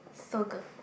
so good